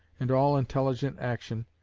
and all intelligent action,